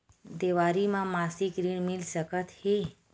देवारी म मासिक ऋण मिल सकत हे?